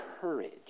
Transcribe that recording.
courage